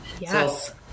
yes